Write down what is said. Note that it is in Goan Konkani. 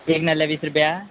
एक नाल्ला वीस रुपया